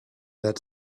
that